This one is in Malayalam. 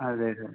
അതെ സാർ